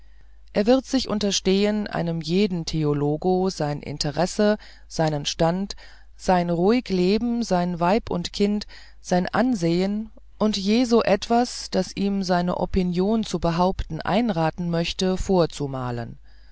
er wird sich unterstehen einem jeden theologo sein interesse seinen stand sein geruhig leben sein weib und kinder sein ansehen und je so etwas das ihm seine opinion zu behaupten einraten möchte vorzumalen